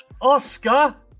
Oscar